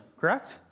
correct